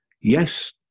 Yes